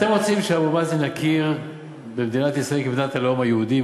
אתם רוצים שאבו מאזן יכיר במדינת ישראל כמדינת הלאום היהודי.